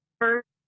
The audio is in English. first